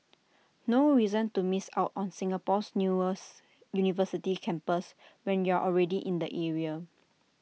no reason to miss out on Singapore's newer university campus when you are already in the area